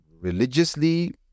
religiously